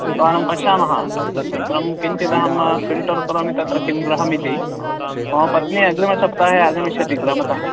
एकवारं पश्यामः अनन्तरं किञ्चिद अहं फ़िल्टर् करोमि तत्र किं गृहमिति मम पत्नी अग्रिमसप्ताहे आगमिष्यति ग्रामतः